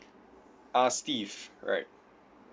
uh steve right